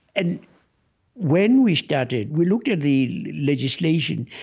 and when we started, we looked at the legislation,